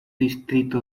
distrito